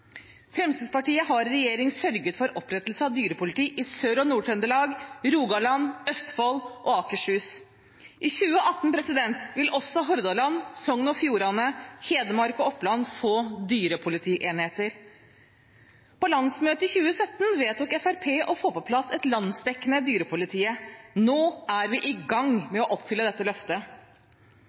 Fremskrittspartiet har i regjering sørget for opprettelse av dyrepoliti i Sør- og Nord-Trøndelag, Rogaland, Østfold og Akershus. I 2018 vil også Hordaland, Sogn og Fjordane, Hedmark og Oppland få dyrepolitienheter. På landsmøtet i 2017 vedtok Fremskrittspartiet å få på plass et landsdekkende dyrepoliti. Nå er vi i gang med å oppfylle dette løftet.